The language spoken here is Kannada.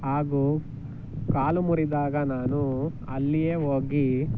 ಹಾಗೂ ಕಾಲು ಮುರಿದಾಗ ನಾನು ಅಲ್ಲಿಯೇ ಹೋಗಿ